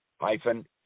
hyphen